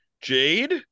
Jade